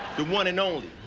the one and only.